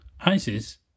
ISIS